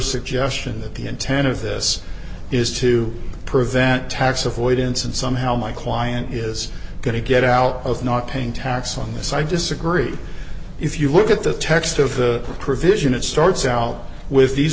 suggestion that the intent of this is to prevent tax avoidance and somehow my client is going to get out of not paying tax on this i disagree if you look at the text of the provision it starts out with these